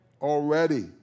already